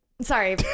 sorry